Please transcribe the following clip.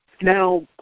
Now